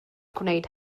gwneud